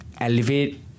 elevate